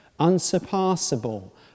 unsurpassable